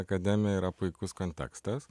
akademija yra puikus kontekstas